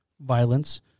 violence